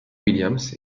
williams